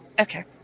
Okay